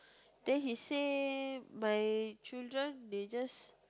then he say my children they just